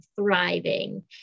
thriving